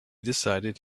decided